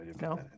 no